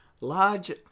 large